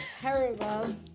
terrible